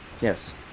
Yes